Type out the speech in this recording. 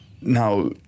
Now